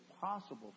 possible